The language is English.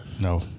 No